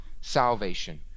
salvation